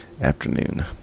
afternoon